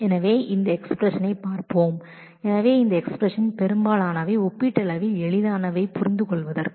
எனவே இந்த எக்ஸ்பிரஷன் பார்ப்போம் எனவே இந்த எக்ஸ்பிரஷன் பெரும்பாலானவை ஒப்பீட்டளவில் எளிதானவை புரிந்துகொள்வதற்கு